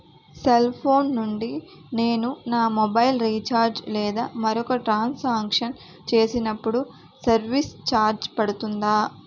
Cell phone నుండి నేను నా మొబైల్ రీఛార్జ్ లేదా మరొక ట్రాన్ సాంక్షన్ చేసినప్పుడు సర్విస్ ఛార్జ్ పడుతుందా?